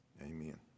Amen